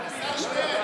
שטרן,